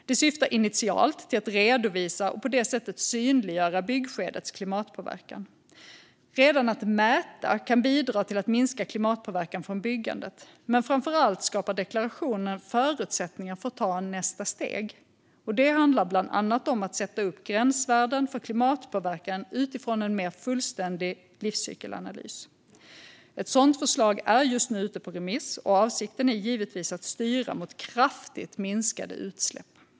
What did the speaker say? Det syftar initialt till att redovisa och på det sättet synliggöra byggskedets klimatpåverkan. Redan att mäta kan bidra till att minska klimatpåverkan från byggandet. Men framför allt skapar deklarationer förutsättningar för att ta nästa steg. Det handlar bland annat om att sätta upp gränsvärden för klimatpåverkan utifrån en mer fullständig livscykelanalys. Ett sådant förslag är just nu ute på remiss. Avsikten är givetvis att styra mot kraftigt minskade utsläpp.